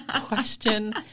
question